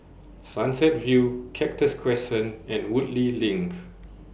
Sunset View Cactus Crescent and Woodleigh LINK